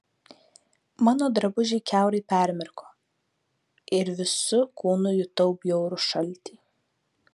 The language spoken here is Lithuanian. mano drabužiai kiaurai permirko ir visu kūnu jutau bjaurų šaltį